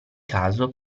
caso